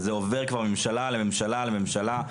וזה עובר כבר מממשלה לממשלה לממשלה.